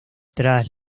tras